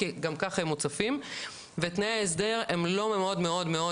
כי גם ככה הם מוצפים ותנאי ההסדר הם לא מאוד מאוד מאוד